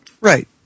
Right